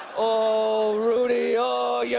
oh, rudy! oh, yeah